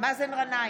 מאזן גנאים,